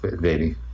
baby